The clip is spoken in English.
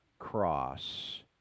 cross